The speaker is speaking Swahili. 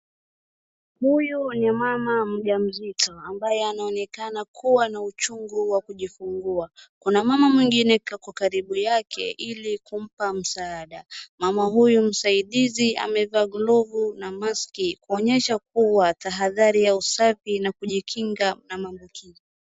Huyu ni mama mjamzito ambaye anaonekana kuwa na uchungu wa kujifungua. Kuna mama mwingine ako karibu yake ili kumpa msaada. Mama huyu msaidizi amevaa glovu na maski kuonyesha kuwa tahadhari ya usafi na kujikinga na maambukizi.